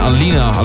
Alina